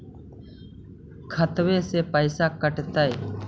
खतबे से पैसबा कटतय?